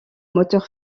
moteur